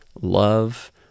love